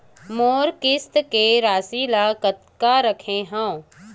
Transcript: मोर किस्त के राशि ल कतका रखे हाव?